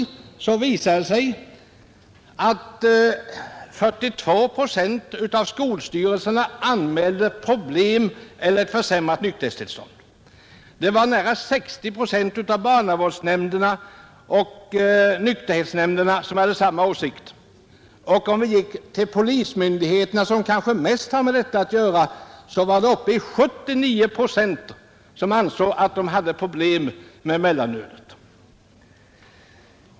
År 1970 anmälde 42 procent av skolstyrelserna problem eller försämrat nykterhetstillstånd bland skolungdomen. Nära 60 procent av barnavårdsnämnderna och nykterhetsnämnderna hade gjort samma iakttagelser. Av de tillfrågade inom polismyndigheterna, som kanske har mest med detta att göra, var det hela 79 procent som ansåg att mellanölet skapade problem.